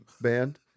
band